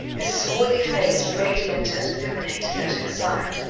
his swarthy face radiant and illuminated, at her side.